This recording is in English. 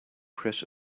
press